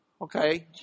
Okay